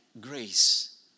grace